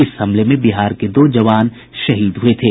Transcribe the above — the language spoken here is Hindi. इस हमले में बिहार के दो जवान शहीद हुए थे